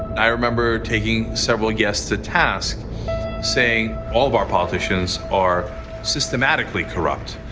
i remember taking several guests to task saying all of our politicians are systematically corrupt.